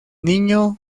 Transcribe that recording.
niño